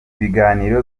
biganiro